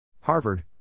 Harvard